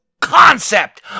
concept